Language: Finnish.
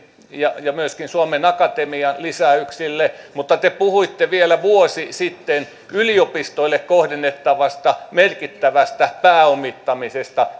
ja ja myöskin suomen akatemian lisäyksille mutta te puhuitte vielä vuosi sitten yliopistoille kohdennettavasta merkittävästä pääomittamisesta